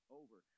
over